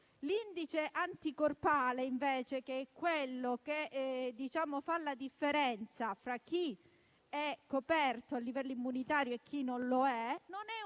L'indice anticorpale, invece, che è quello che fa la differenza fra chi è coperto a livello immunitario e chi non lo è, non è un